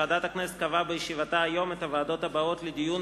ועדת הכנסת קבעה בישיבתה היום את הוועדות הבאות לדיון